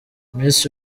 miss